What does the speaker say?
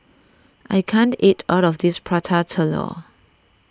I can't eat all of this Prata Telur